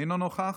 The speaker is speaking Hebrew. אינו נוכח.